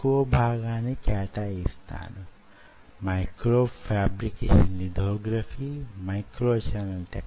కాబట్టి యీ ఉపరితలాలు సైటో ఫోబిక్ గా ఉండేలా జాగ్రత్త వహిస్తున్నారన్న మాట